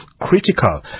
critical